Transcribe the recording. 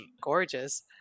gorgeous